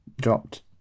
dropped